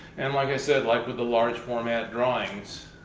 and like i said, like with the large format drawings,